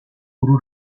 فرو